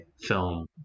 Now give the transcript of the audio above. film